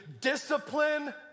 discipline